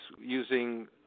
using